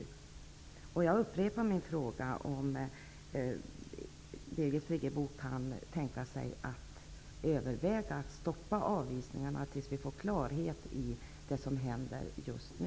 Jag upprepar min fråga: Kan Birgit Friggebo tänka sig att överväga att stoppa avvisningarna tills vi får klarhet i det som händer just nu?